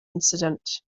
incident